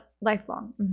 Lifelong